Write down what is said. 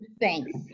Thanks